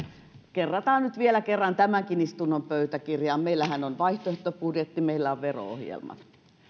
kerrataan nyt vielä kerran tämänkin istunnon pöytäkirjaan meillähän on vaihtoehtobudjetti meillä on vero ohjelma